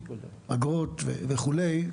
אגרות כולי.